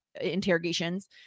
interrogations